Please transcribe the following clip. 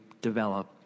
develop